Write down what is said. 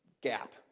gap